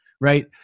right